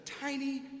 tiny